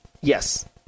Yes